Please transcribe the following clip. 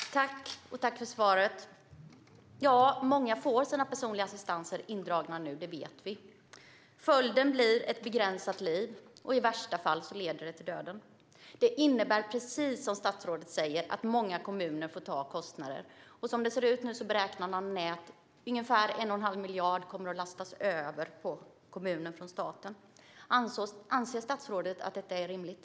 Fru talman! Jag tackar för svaret. Vi vet att många får sina personliga assistanser indragna nu. Följden blir ett begränsat liv. Och i värsta fall leder det till döden. Precis som statsrådet säger får många kommuner ta kostnader. Man beräknar att ungefär 1 1⁄2 miljard kommer att lastas över på kommuner från staten. Anser statsrådet att det är rimligt?